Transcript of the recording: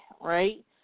right